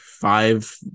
five